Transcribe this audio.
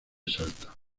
salta